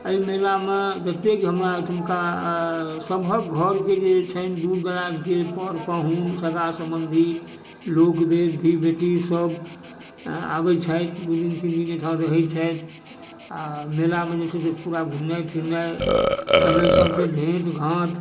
एहि मेलामे जतेक हमरा ओहिठमका सभक घरके जे छनि दूर दराजके पर पाहुन सगा सम्बन्धी लोक वेद धी बेटी सब आबै छथि दू दिन तीन दिन एहिठाम रहै छथि आओर मेलामे जाइ छथि से पूरा घुमनाइ फिरनाइ सँगहि सबसँ भेँटघाँट